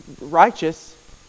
righteous